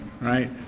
right